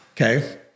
okay